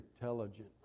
intelligent